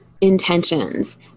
intentions